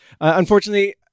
unfortunately